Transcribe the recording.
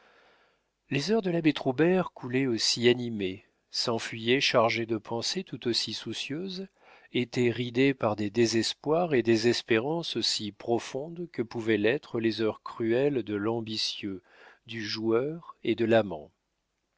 les heures de l'abbé troubert coulaient aussi animées s'enfuyaient chargées de pensées tout aussi soucieuses étaient ridées par des désespoirs et des espérances aussi profondes que pouvaient l'être les heures cruelles de l'ambitieux du joueur et de l'amant